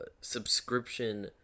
subscription